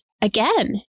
again